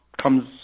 comes